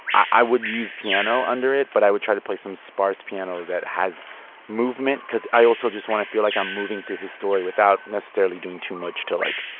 i would use piano under it, but i would try to play some sparse piano that has movement because i also just want to feel like i'm moving through his story without necessarily doing too much to, like,